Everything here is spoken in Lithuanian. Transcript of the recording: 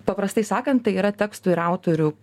paprastai sakant tai yra tekstų ir autorių